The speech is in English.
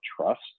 trust